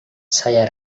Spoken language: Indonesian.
saya